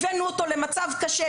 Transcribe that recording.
הבאנו אותו למצב קשה,